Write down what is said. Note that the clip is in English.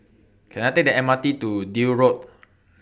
Can I Take The M R T to Deal Road